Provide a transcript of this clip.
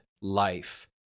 life